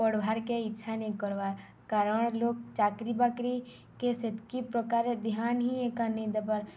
ପଢ଼ବାର୍ କେ ଇଚ୍ଛା ନେଇ କର୍ବାର୍ କାରଣ ଲୋକ ଚାକିରି ବାକିରି କେ ସେତିକି ପ୍ରକାର ଧ୍ୟାନ ହିଁ ଏକା ନେଇ ଦେବାର୍